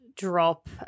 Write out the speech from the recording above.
drop